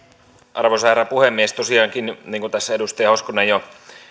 arvoisa herra puhemies tosiaankin niin kuin tässä edustaja hoskonen jo